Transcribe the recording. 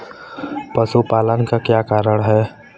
पशुपालन का क्या कारण है?